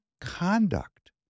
conduct